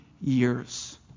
years